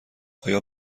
آیا